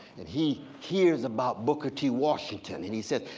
and he hears about booker t. washington and he says,